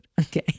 Okay